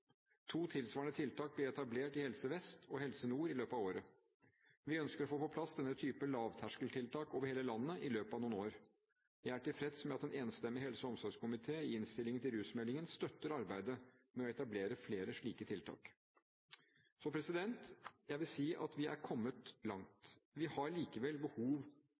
To tilsvarende tiltak blir etablert i Helse Vest og Helse Nord i løpet av året. Vi ønsker å få på plass denne typen lavterskeltiltak over hele landet i løpet av noen år. Jeg er tilfreds med at en enstemmig helse- og omsorgskomité i innstillingen til rusmeldingen støtter arbeidet med å etablere flere slike tiltak. Så jeg vil si at vi er kommet langt. Vi har likevel behov